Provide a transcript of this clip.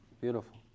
beautiful